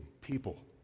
people